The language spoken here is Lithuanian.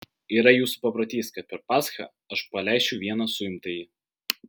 yra jūsų paprotys kad per paschą aš paleisčiau vieną suimtąjį